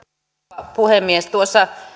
arvoisa rouva puhemies